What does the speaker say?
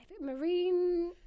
Marine